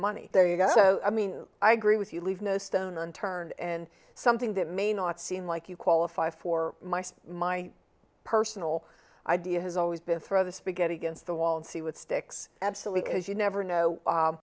money there you go i mean i agree with you leave no stone unturned and something that may not seem like you qualify for mice my personal idea has always been throw the spaghetti against the wall and see what sticks absolutely because you never know